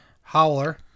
howler